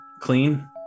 clean